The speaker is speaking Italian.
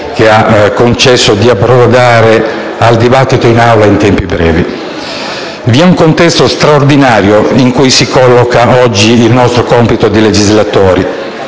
che ha concesso di approdare al dibattito in Aula in tempi brevi. Vi è un contesto straordinario in cui si colloca oggi il nostro compito di legislatori.